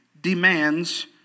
demands